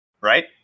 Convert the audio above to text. right